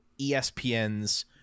espn's